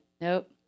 Nope